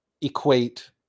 equate